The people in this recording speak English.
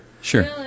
sure